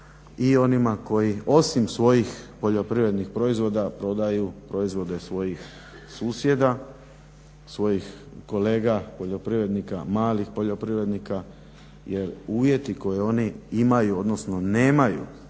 i onima koji osim svojih poljoprivrednih proizvoda prodaju proizvode svojih susjeda, svojih kolega poljoprivrednika, malih poljoprivrednika jer uvjeti koji oni imaju odnosno nemaju